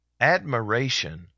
Admiration